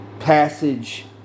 passage